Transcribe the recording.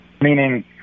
meaning